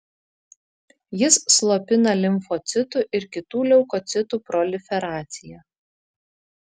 jis slopina limfocitų ir kitų leukocitų proliferaciją